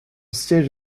siège